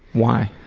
why?